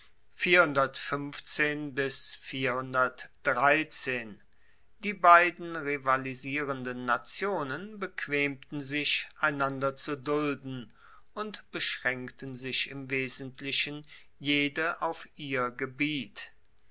die beiden rivalisierenden nationen bequemten sich einander zu dulden und beschraenkten sich im wesentlichen jede auf ihr gebiet